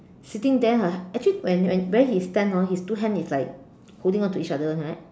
sitting there ah actually when when where he stand hor his two hands is like holding onto each other [one] right